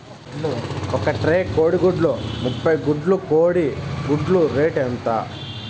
ఒక ట్రే కోడిగుడ్లు ముప్పై గుడ్లు కోడి గుడ్ల రేటు ఎంత?